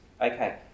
Okay